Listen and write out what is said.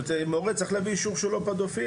מורה צריך להביא אישור שהוא לא פדופיל?